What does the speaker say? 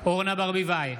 אורנה ברביבאי,